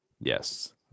Yes